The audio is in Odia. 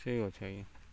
ଠିକ୍ ଅଛେ ଆଜ୍ଞା